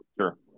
Sure